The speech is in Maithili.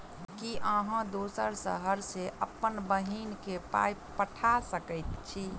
की अहाँ दोसर शहर सँ अप्पन बहिन केँ पाई पठा सकैत छी?